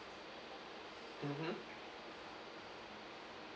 mmhmm